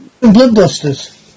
Bloodbusters